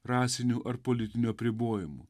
rasinių ar politinių apribojimų